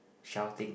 shouting